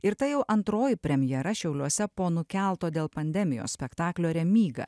ir tai jau antroji premjera šiauliuose po nukelto dėl pandemijos spektaklio remyga